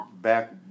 back